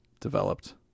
developed